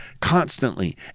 constantly